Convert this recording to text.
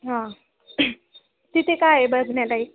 हां तिथे काय आहे बघण्यालायक